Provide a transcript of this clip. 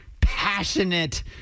passionate